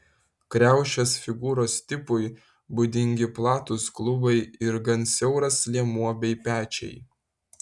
kriaušės figūros tipui būdingi platūs klubai ir gan siauras liemuo bei pečiai